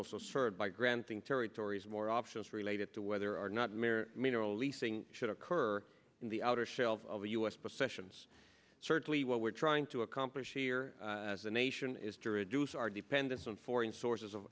also served by granting territories more options related to whether or not mere mineral leasing should occur in the outer shell of the us possessions certainly what we're trying to accomplish here the nation is to reduce our dependence on foreign sources of